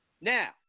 now